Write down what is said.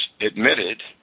admitted